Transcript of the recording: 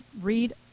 read